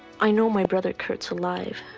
i know my brother curt's alive.